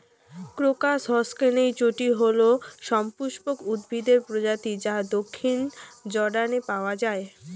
crocus হসকনেইচটি হল সপুষ্পক উদ্ভিদের প্রজাতি যা দক্ষিণ জর্ডানে পাওয়া য়ায়